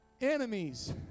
enemies